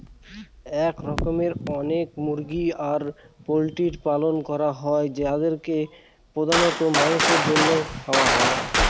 এরকম অনেক মুরগি আর পোল্ট্রির পালন করা হয় যাদেরকে প্রধানত মাংসের জন্য খাওয়া হয়